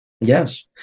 Yes